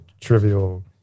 trivial